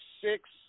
six